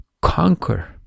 conquer